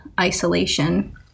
isolation